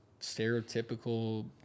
stereotypical